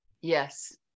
Yes